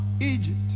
Egypt